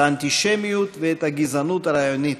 האנטישמיות והגזענות הרעיונית,